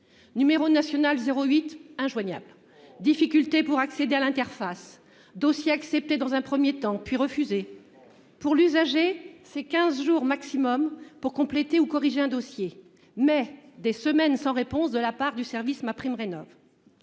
Numéro national 08 injoignable difficultés pour accéder à l'interface dossier accepté dans un premier temps puis refusé pour l'usager c'est 15 jours maximum pour compléter ou corriger un dossier mais des semaines sans réponse de la part du service MaPrimeRénov.